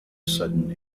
sudden